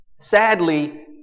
Sadly